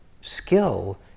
skill